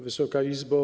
Wysoka Izbo!